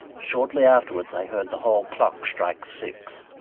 shortly afterwards i heard the hall clock strike six.